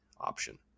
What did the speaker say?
option